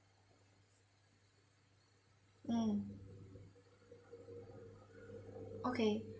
mm okay